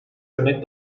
örnek